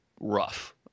rough